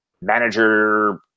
manager